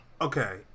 Okay